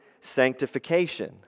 sanctification